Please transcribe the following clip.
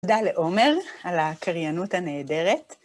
תודה לעומר על הקריינות הנהדרת.